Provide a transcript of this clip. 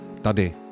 tady